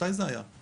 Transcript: זה יפה מאוד.